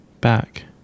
Back